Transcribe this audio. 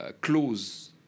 close